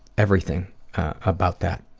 everything about that.